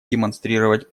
демонстрировать